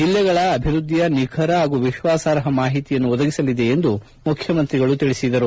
ಜಿಲ್ಲೆಗಳ ಅಭಿವೃದ್ದಿಯ ನಿಖರ ಹಾಗೂ ವಿಶ್ವಾಸಾರ್ಹ ಮಾಹಿತಿಯನ್ನು ಒದಗಿಸಲಿದೆ ಎಂದು ಮುಖ್ಯಮಂತ್ರಿ ಹೇಳಿದರು